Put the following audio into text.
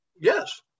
Yes